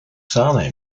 sahne